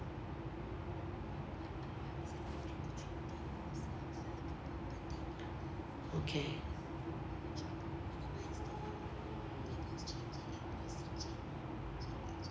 okay